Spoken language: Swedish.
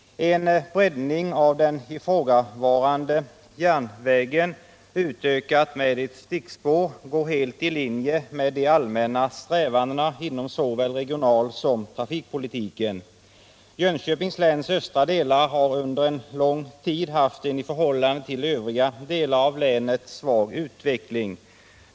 En breddning av den ifrågavarande järnvägen utökad med ett stickspår går helt i linje med de allmänna strävandena inom såväl regionalsom trafikpolitiken. Jönköpings läns östra delar har under lång tid haft en i förhållande till övriga delar av länet svag utveckling.